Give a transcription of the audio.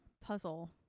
puzzle